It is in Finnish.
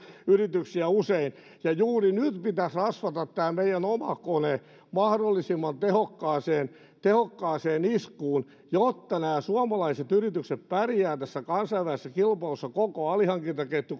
yrityksiä usein ja juuri nyt pitäisi rasvata tämä meidän oma kone mahdollisimman tehokkaaseen tehokkaaseen iskuun jotta suomalaiset yritykset pärjäävät kansainvälisessä kilpailussa koko alihankintaketju